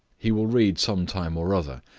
he will read some time or other,